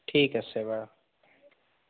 ঠিক আছে বাৰু